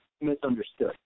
misunderstood